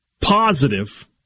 positive